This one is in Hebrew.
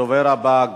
הדובר הבא,